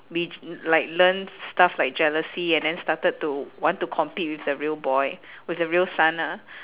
be like learn stuff like jealousy and then started to want to compete with the real boy with the real son ah